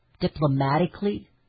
diplomatically